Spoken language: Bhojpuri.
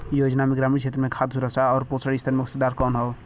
योजना में ग्रामीण क्षेत्र में खाद्य सुरक्षा आउर पोषण स्तर में सुधार करना हौ